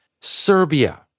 Serbia